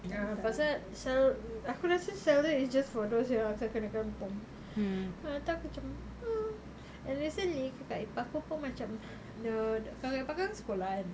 ah pasal aku rasa cell dia it's just for those yang akan kena gantung nanti aku macam mm and recently kakak ipar aku pun macam dia kakak ipar aku sekolah kan